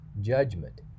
judgment